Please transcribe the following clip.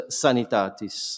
sanitatis